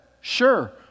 Sure